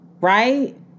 Right